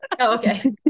okay